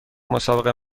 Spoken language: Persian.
مسابقه